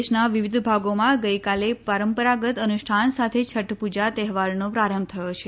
દેશના વિવિધ ભાગોમાં ગઈકાલે પરંપરાગત અનુષ્ઠાન સાથે છઠ પ્રજા તહેવારનો પ્રારંભ થયો છે